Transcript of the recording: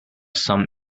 some